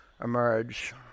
emerge